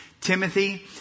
Timothy